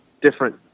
different